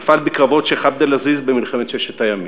נפל בקרבות שיח' עבד-אלעזיז במלחמת ששת הימים,